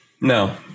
No